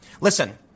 Listen